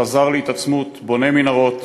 חזר להתעצמות, בונה מנהרות,